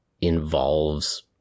involves